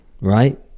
right